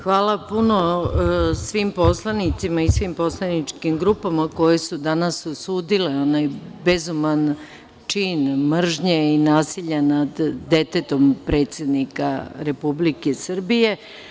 Hvala puno svim poslanicima i svim poslaničkim grupama koje su danas osudile onaj bezuman čin mržnje i nasilja nad detetom predsednika Republike Srbije.